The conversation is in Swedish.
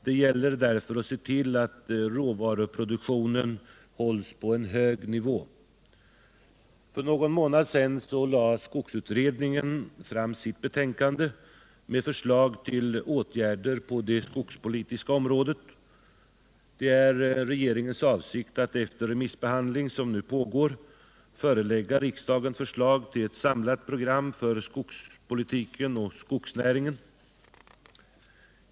Det gäller därför att se till att råvaruproduktionen hålls på en hög nivå. För någon månad sedan lade skogsutredningen fram sitt betänkande med förslag till åtgärder på det skogspolitiska området. Det är regeringens avsikt att efter den remissbehandling som nu pågår förelägga riksdagen förslag till ett samlat program för skogspolitiken och skogsnäringen.